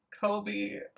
Kobe